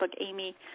Amy